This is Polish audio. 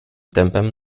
tempem